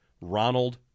Ronald